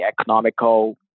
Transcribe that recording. economical